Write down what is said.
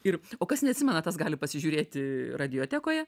ir o kas neatsimena tas gali pasižiūrėti radiotekoje